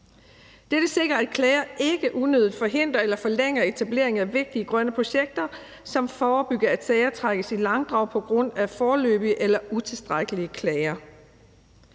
Dette sikrer, at klager ikke unødigt forhindrer eller forlænger etableringen af vigtige grønne projekter, samt forebygger, at sager trækkes i langdrag på grund af foreløbige eller utilstrækkelige klager.